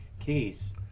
case